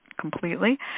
Completely